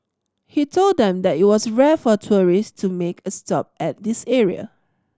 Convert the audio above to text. he told them that it was rare for tourist to make a stop at this area